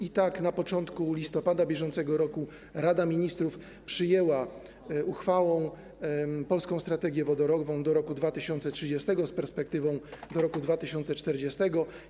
I tak na początku listopada br. Rada Ministrów przyjęła uchwałą „Polską strategię wodorową do roku 2030 z perspektywą do 2040 r.